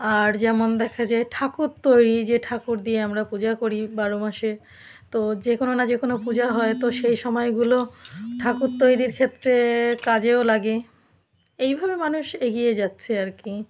আর যেমন দেখা যায় ঠাকুর তৈরি যে ঠাকুর দিয়ে আমরা পূজা করি বারো মাসে তো যে কোনো না যে কোনো পূজা হয় তো সে সময়গুলো ঠাকুর তৈরির ক্ষেত্রে কাজেও লাগে এইভাবে মানুষ এগিয়ে যাচ্ছে আর কি